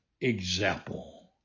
example